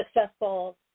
successful